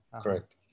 correct